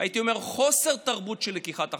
הייתי אומר חוסר תרבות של לקיחת אחריות.